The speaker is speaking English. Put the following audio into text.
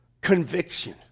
conviction